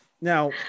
Now